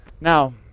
Now